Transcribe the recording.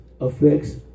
affects